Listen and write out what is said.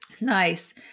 Nice